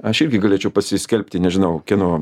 aš irgi galėčiau pasiskelbti nežinau kieno